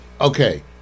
Okay